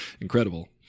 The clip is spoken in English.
Incredible